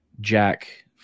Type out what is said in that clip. Jack